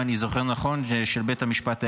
אם אני זוכר נכון, של בית המשפט העליון.